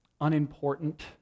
unimportant